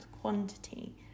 Quantity